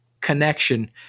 connection